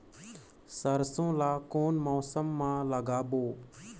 सरसो ला कोन मौसम मा लागबो?